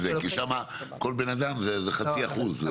כי שם כל בן אדם זה חצי אחוז.